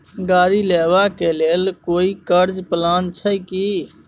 गाड़ी लेबा के लेल कोई कर्ज प्लान छै की?